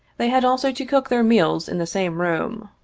they had also to cook their meals in the same room.